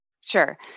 Sure